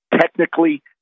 technically